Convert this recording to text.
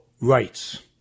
rights